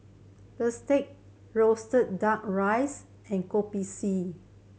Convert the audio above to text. bistake roasted Duck Rice and Kopi C